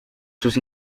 sus